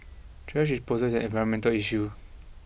trash disposal is an environmental issue